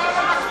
לא מהמקפצה.